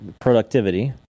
productivity